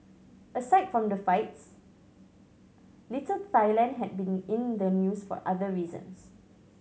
aside from the fights Little Thailand had been in the news for other reasons